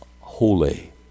holy